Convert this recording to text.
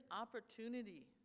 opportunity